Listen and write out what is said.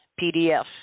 PDF